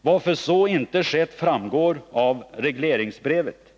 Varför så inte skett framgår av regleringsbrevet.